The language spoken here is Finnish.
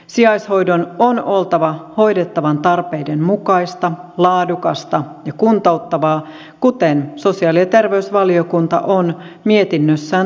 sijaishoidon on oltava hoidettavan tarpeiden mukaista laadukasta ja kuntouttavaa kuten sosiaali ja terveysvaliokunta on mietinnössään todennut